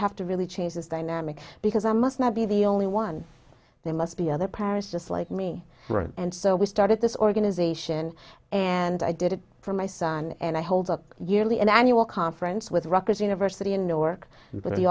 have to really change this dynamic because i must not be the only one there must be other parents just like me and so we started this organization and i did it for my son and i hold a yearly annual conference with rocker's university in new